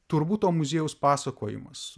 turbūt to muziejaus pasakojimas